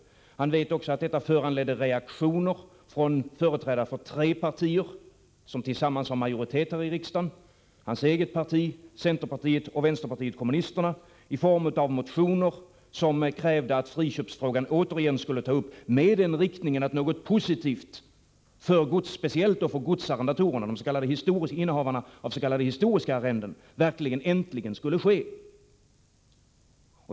Han vet också att detta föranledde reaktioner från företrädare för tre partier, som tillsammans har majoritet här i riksdagen — hans eget parti, centerpartiet och vänsterpartiet kommunisterna — i form av motioner där det krävdes att friköpsfrågan återigen skulle tas upp med den inriktningen att någonting positivt äntligen skulle ske för innehavare av s.k. historiska arrenden.